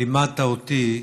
לימדת אותי,